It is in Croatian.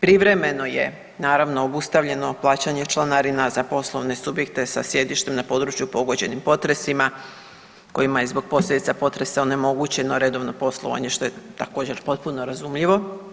Privremeno je naravno obustavljeno plaćanje članarina za poslovne subjekte sa sjedištem na području pogođenim potresima kojima je zbog posljedica potresa onemogućeno redovno poslovanje što je također potpuno razumljivo.